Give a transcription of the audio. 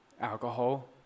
Alcohol